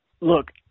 Look